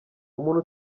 umuntu